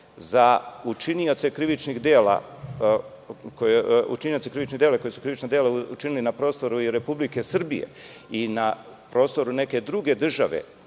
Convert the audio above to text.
za učinioce krivičnih dela koji su krivična dela učinili na prostoru Republike Srbije i na prostoru neke druge države,